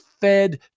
fed